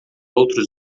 outros